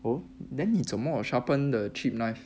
oh then 你怎么 sharpen the cheap knife